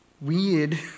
weird